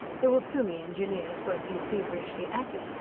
there were plumie engineers working feverishly at it,